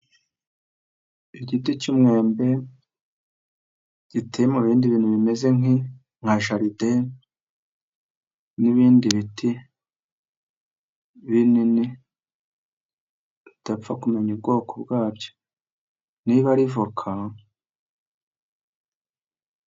Igiti cy'umwambe giteye mu bindi bintu bimeze nka jaride, n'ibindi biti binini utapfa kumenya ubwoko bwabyo. niba ari voka,...